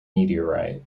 meteorite